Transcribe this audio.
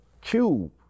cube